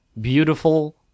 beautiful